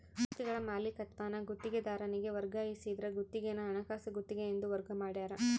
ಆಸ್ತಿಗಳ ಮಾಲೀಕತ್ವಾನ ಗುತ್ತಿಗೆದಾರನಿಗೆ ವರ್ಗಾಯಿಸಿದ್ರ ಗುತ್ತಿಗೆನ ಹಣಕಾಸು ಗುತ್ತಿಗೆ ಎಂದು ವರ್ಗ ಮಾಡ್ಯಾರ